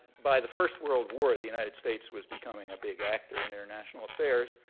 by the first world war, the united states was becoming a big actor in international affairs,